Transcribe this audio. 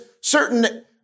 certain